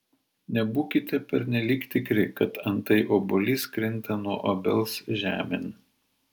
nebūkite pernelyg tikri kad antai obuolys krinta nuo obels žemėn